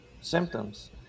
symptoms